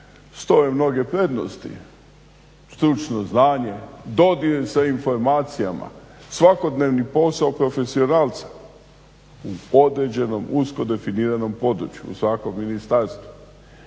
stoje mnoge prednosti, stručno znanje, dodir sa informacijama, svakodnevni posao profesionalca u određenom usko definiranom području u svakom ministarstvu.